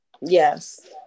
Yes